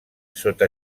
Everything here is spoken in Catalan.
sota